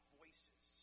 voices